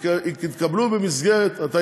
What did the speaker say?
יתקבלו במסגרת, כמה?